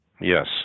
Yes